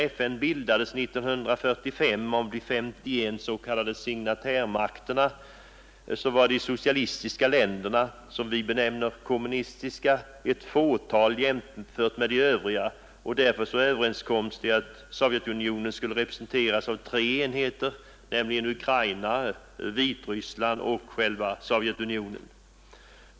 När FN bildades 1945 av de 51 s.k. signatärmakterna var de socialistiska länderna — som vi benämner kommunistiska — ett fåtal jämfört med de övriga. Därför överenskoms det att Sovjetunionen skulle representeras av tre enheter, nämligen Ukraina, Vitryssland och själva Sovjetunionen.